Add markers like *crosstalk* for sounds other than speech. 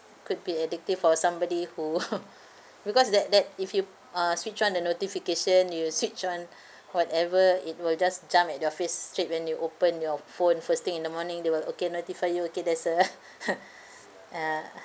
could be addictive for somebody who *laughs* because that that if you uh switch on the notification you switch on *breath* whatever it will just jump at your face straight when you open your phone first thing in the morning they will okay notify you okay there's a *laughs* ah